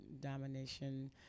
domination